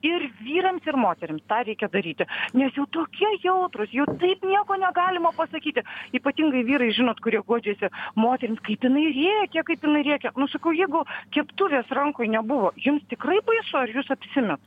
ir vyrams ir moterims tą reikia daryti nes jau tokie jautrūs jau taip nieko negalima pasakyti ypatingai vyrai žinot kurie guodžiasi moterims kaip jinai rėkia kaip jinai rėkia nu sakau jeigu keptuvės rankoj nebuvo jums tikrai baisu ar jūs apsimeta